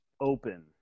Open